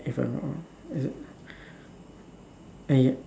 if I'm not wrong